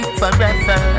forever